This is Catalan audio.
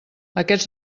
aquests